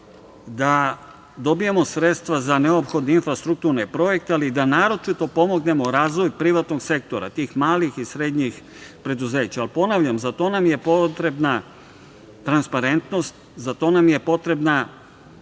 da dobijemo sredstva za neophodne infrastrukturne projekte, ali da naročito pomognemo razvoju privatnog sektora, tih malih i srednjih preduzeća. Ponavljam, za to nam je potrebna transparentnost, za to nam je potrebna